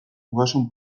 ogasun